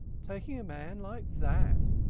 taking a man like that,